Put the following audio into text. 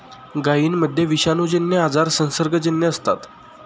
गायींमध्ये विषाणूजन्य आजार संसर्गजन्य असतात